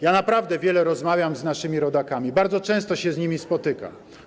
Ja naprawdę wiele rozmawiam z naszymi rodakami, bardzo często się z nimi spotykam.